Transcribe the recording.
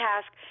task